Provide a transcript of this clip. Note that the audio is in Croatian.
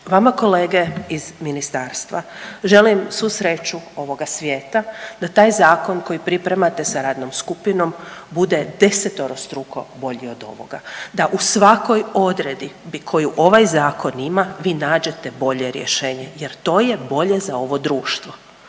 Vama kolege iz ministarstva želim svu sreću ovoga svijeta, da taj zakon koji pripremate sa radnom skupinom bude desetorostruko bolji od ovoga, da u svakoj odredbi koju ovaj zakon ima vi nađete bolje rješenje jer to je bolje za ovo društvo.